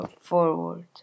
forward